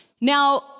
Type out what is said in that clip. Now